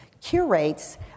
Curates